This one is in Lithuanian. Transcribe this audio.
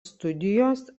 studijos